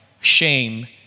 shame